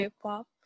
K-pop